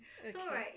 okay